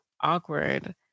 awkward